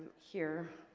hear